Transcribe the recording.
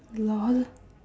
lol